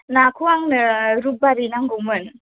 नाखौ आंनो रबिबारै नांगौमोन